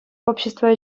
общество